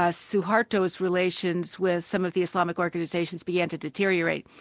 ah suharto's relations with some of the islamic organisations began to deteriorate,